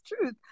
truth